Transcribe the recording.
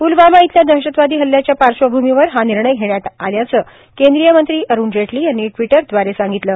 प्लवामा इथल्या दहशतवादी हल्ल्याच्या पार्श्वभूमीवर हा निर्णय घेण्यात आल्याचं केंद्रीय मंत्री अरुण जेटली यांनी ट्विटरद्वारे सांगितलं